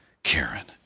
Karen